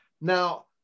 Now